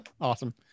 Awesome